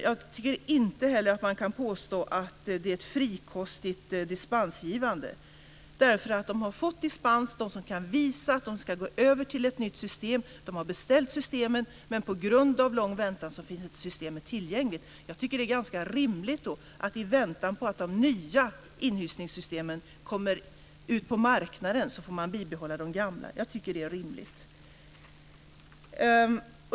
Jag tycker inte att man kan påstå att det är ett frikostigt dispensgivande därför att de som har fått dispens är de som kan visa att de ska gå över till ett nytt system, att de har beställt systemen. Men på grund av en lång väntan finns inte systemet tillgängligt. Jag tycker att det är ganska rimligt att man, i väntan på att de nya inhysningssystemen kommer ut på marknaden, får behålla de gamla.